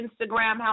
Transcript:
Instagram